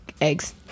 Eggs